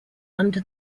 under